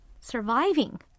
surviving